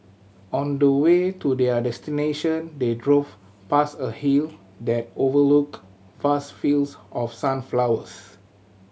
on the way to their destination they drove past a hill that overlooked vast fields of sunflowers